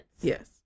Yes